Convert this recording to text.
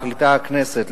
מחליטה הכנסת,